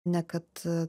ne kad